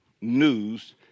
news